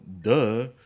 duh